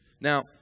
Now